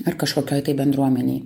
ar kažkokioj bendruomenėj